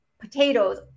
potatoes